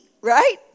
right